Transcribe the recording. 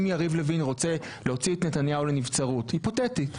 אם יריב לוין רוצה להוציא את נתניהו לנבצרות היפותטית,